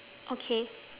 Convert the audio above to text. okay